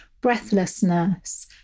breathlessness